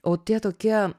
o tie tokie